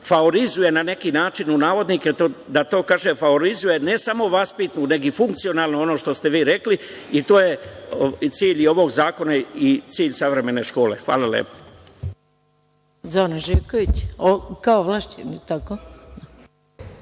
favorizuje, na neki način, u navodnike, da to kažem, favorizuje, ne samo vaspitno nego i funkcionalno ono što ste vi rekli i to je cilj i ovog zakona i cilj savremene škole. Hvala lepo. **Maja Gojković** Zoran